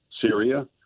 Syria